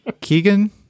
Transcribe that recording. Keegan